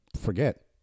forget